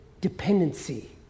dependency